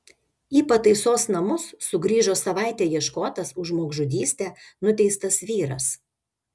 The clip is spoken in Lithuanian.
į pataisos namus sugrįžo savaitę ieškotas už žmogžudystę nuteistas vyras